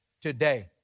today